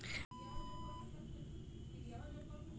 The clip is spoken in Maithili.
दलहन खेती केँ लेल सब सऽ नीक माटि वा माटि केँ?